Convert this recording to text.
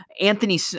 Anthony